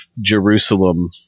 Jerusalem